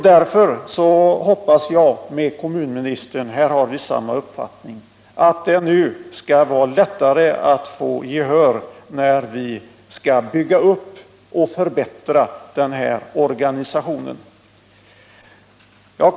Därför hoppas jag med kommunministern — på den punkten har vi samma uppfattning — att det nu skall vara lättare att få gehör för krav på uppbyggnad och förbättring av organisationen på detta område.